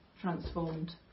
transformed